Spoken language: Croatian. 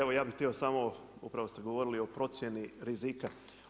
Evo ja bih htio samo, upravo ste govorili o procjeni rizika.